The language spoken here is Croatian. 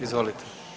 Izvolite.